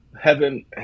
Heaven